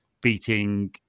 beating